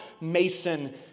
Mason